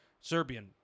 Serbian